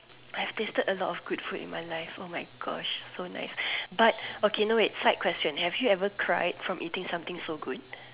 I've tasted a lot of good food in my life oh my Gosh so nice but okay no wait side question have you ever cried from eating something so good